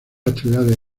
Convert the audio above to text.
actividades